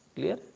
Clear